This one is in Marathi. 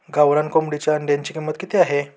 गावरान कोंबडीच्या अंड्याची किंमत किती आहे?